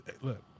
look